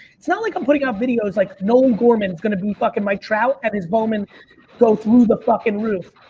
it's not like i'm putting out videos like nolan gorman is going to be fucking mike trout and as bowman go through the fucking roof.